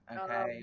okay